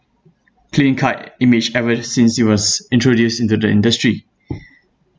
clean cut image ever since he was introduced into the industry